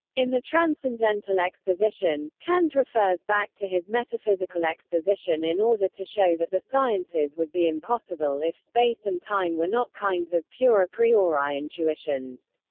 in the transcendental exposition, kant refers back to his metaphysical exposition in order to show that the sciences would be impossible if space and time were not kinds of pure a priori intuitions.